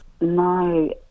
No